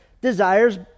desires